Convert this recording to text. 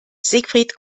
siegfried